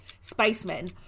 spacemen